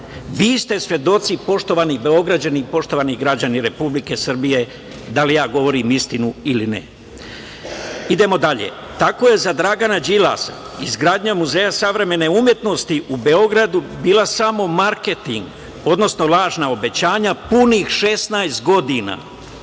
Vi ste svedoci, poštovani Beograđani, poštovani građani Republike Srbije da li ja govorim istinu ili ne. Idemo dalje. Tako je za Dragana Đilasa izgradnja Muzeja savremene umetnosti u Beogradu bila samo marketing, odnosno lažna obećanja punih 16 godina,